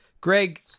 Greg